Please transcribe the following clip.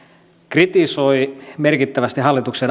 kritisoi merkittävästi hallituksen